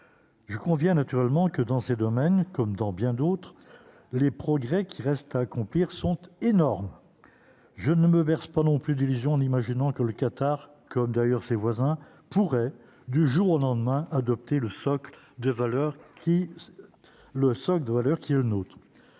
je conviens naturellement que dans ces domaines comme dans bien d'autres, les progrès qui restent à accomplir son énorme, je ne me berce pas non plus d'illusion en imaginant que le Qatar comme d'ailleurs ses voisins pourraient du jour au lendemain, adoptée le socle de valeurs qui le socle